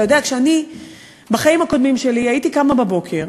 אתה יודע, בחיים הקודמים שלי הייתי קמה בבוקר,